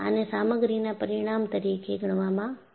આને સામગ્રીના પરિમાણ તરીકે ગણવામાં આવે છે